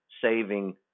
saving